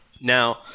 Now